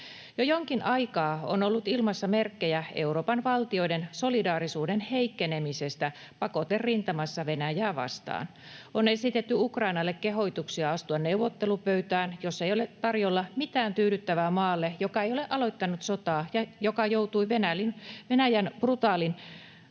Jo jonkin aikaa on ollut ilmassa merkkejä Euroopan valtioiden solidaarisuuden heikkenemisestä pakoterintamassa Venäjää vastaan. On esitetty Ukrainalle kehotuksia astua neuvottelupöytään, jossa ei ole tarjolla mitään tyydyttävää maalle, joka ei ole aloittanut sotaa ja joka joutui Venäjän brutaalin ja maan